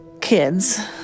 kids